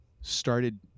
started